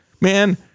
man